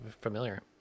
familiar